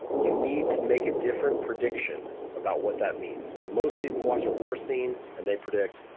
you need to make a different prediction about what that means. so most people watch a war scene and they predict,